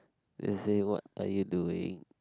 they say what are you doing